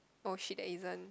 oh shit there isn't